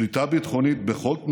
שליטה ביטחונית בכל תנאי,